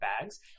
bags